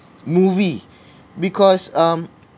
movie because um